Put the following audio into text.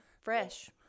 Fresh